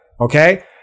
Okay